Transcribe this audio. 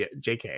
JK